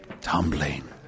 tumbling